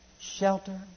shelter